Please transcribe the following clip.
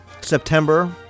September